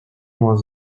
was